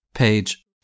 Page